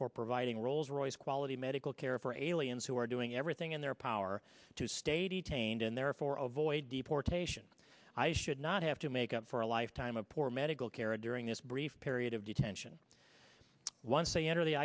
for providing rolls royce quality medical care for a daily ins who are doing everything in their power to stay to taint and therefore avoid deportation i should not have to make up for a lifetime of poor medical care during this brief period of detention once they enter the